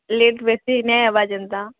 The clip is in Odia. ଲେଟ୍ ବେଶୀ ନାଇଁ ହେବା ଯେନ୍ତା